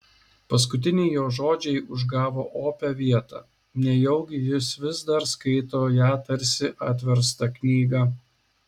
paskutiniai jo žodžiai užgavo opią vietą nejaugi jis vis dar skaito ją tarsi atverstą knygą